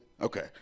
okay